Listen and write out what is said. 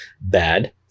bad